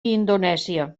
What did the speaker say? indonèsia